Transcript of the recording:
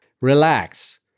Relax